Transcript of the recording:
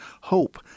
hope